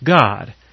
God